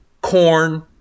corn